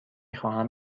خواهم